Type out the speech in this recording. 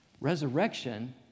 Resurrection